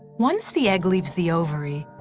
once the egg leaves the ovary,